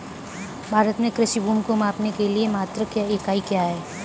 भारत में कृषि भूमि को मापने के लिए मात्रक या इकाई क्या है?